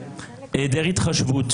היעדר התחשבות